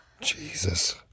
Jesus